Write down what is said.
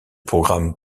programme